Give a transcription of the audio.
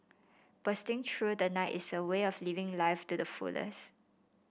bursting through the night is a way of living life to the fullest